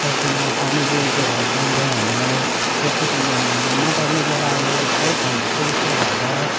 सक्दिनँ पानी पनि त्यही भएर चाहिन्छ हामीलाई जति सक्दो हाम्रो मोटर निस्केर अहिले बहुत सुबिस्ता भएको छ